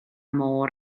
môr